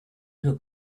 who